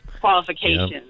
qualifications